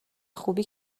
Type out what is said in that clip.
خوبی